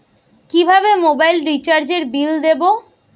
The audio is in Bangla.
কিভাবে মোবাইল রিচার্যএর বিল দেবো?